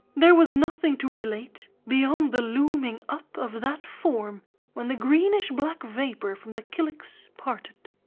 there was nothing to relate beyond the looming up of that form when the greenish-black vapour from the kylix parted,